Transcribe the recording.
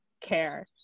care